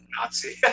Nazi